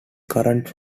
current